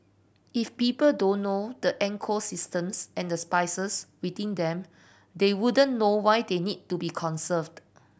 if people don't know the ecosystems and the species within them they wouldn't know why they need to be conserved